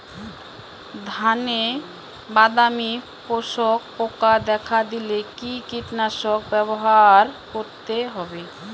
ধানে বাদামি শোষক পোকা দেখা দিলে কি কীটনাশক ব্যবহার করতে হবে?